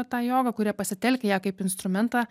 tą jogą kurie pasitelkia ją kaip instrumentą